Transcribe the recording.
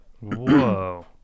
Whoa